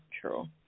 true